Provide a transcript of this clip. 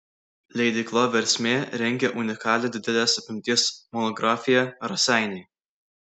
leidykla versmė rengia unikalią didelės apimties monografiją raseiniai